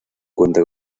cuenta